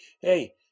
Hey